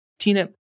Tina